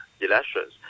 elections